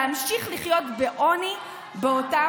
אלא יחייב אותם להמשיך לחיות בעוני ולהישאר